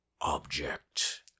object